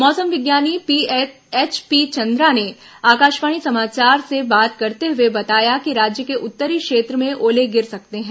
मौसम विज्ञानी एचपी चंद्रा ने आकाशवाणी समाचार से बात करते हुए बताया कि राज्य के उत्तरी क्षेत्र में ओले गिर सकते हैं